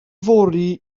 fory